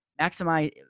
maximize